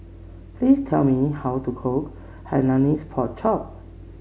please tell me how to cook Hainanese Pork Chop